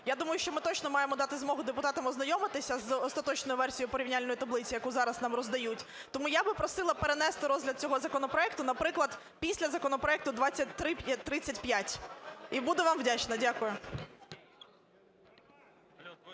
я думаю, що ми точно маємо дати змогу депутатам ознайомитися з остаточною версією порівняльної таблиці, яку зараз нам роздають. Тому я би просила перенести розгляд цього законопроекту, наприклад, після законопроекту 2335, і буду вам вдячна. Дякую.